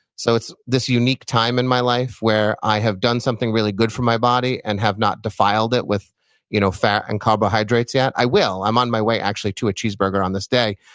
so it's this unique time in my life where i have done something really good for my body and have not defiled it with you know fat and carbohydrates yet. i will. i'm on my way, actually, to a cheeseburger on this day,